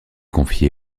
confié